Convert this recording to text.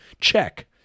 Check